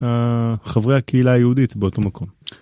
חברי הקהילה היהודית באותו מקום.